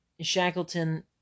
Shackleton